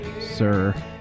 sir